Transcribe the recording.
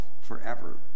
forever